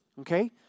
Okay